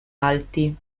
alti